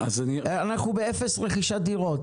אנחנו באפס רכישת דירות,